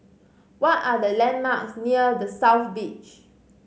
what are the landmarks near The South Beach